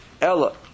Ella